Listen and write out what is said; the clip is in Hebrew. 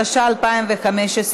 התשע"ה 2015,